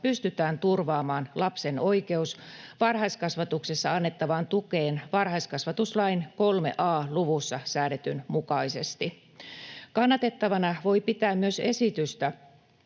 pystytään turvaamaan lapsen oikeus varhaiskasvatuksessa annettavaan tukeen varhaiskasvatuslain 3 a luvussa säädetyn mukaisesti. Kannatettavana voi pitää myös esitystä,